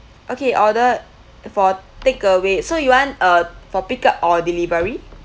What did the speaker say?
okay order for takeaway so you want uh for pick up or delivery